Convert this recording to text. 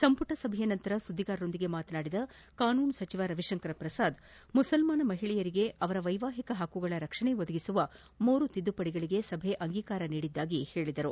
ಸಂಪುಟ ಸಭೆಯ ನಂತರ ಸುದ್ಧಿಗಾರರೊಂದಿಗೆ ಮಾತನಾಡಿದ ಕಾನೂನು ಸಚಿವರಾದ ರವಿಶಂಕರ ಪ್ರಸಾದ್ ಮುಸಲ್ಮಾನ ಮಹಿಳೆಯರಿಗೆ ಅವರ ವೈವಾಹಿಕ ಹಕ್ಕುಗಳ ರಕ್ಷಣೆ ಒದಗಿಸುವ ಮೂರು ತಿದ್ದುಪಡಿಗಳಿಗೆ ಸಭೆ ಅಂಗೀಕಾರ ನೀಡಿದ್ದಾಗಿ ತಿಳಿಸಿದರು